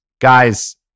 Guys